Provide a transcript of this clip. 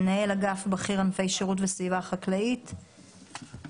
מנהל אגף בכיר ענפי שירות וסביבה חקלאית, בבקשה.